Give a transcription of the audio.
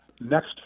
next